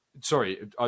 Sorry